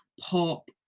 pop